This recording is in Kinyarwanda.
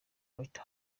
white